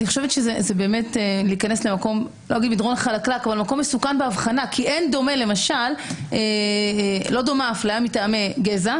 זה להיכנס למקום מסוכן באבחנה כי לא דומה אפליה מטעמי גזע,